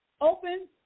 Open